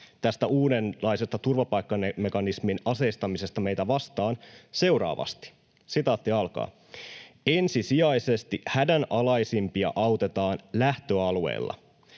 tästä uudenlaisesta turvapaikkamekanismin aseistamisesta meitä vastaan seuraavasti: ”Ensisijaisesti hädänalaisimpia autetaan lähtöalueilla.